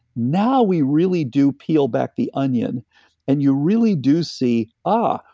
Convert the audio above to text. now we really do peel back the onion and you really do see, ah,